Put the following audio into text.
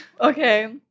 Okay